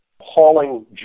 hauling